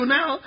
Now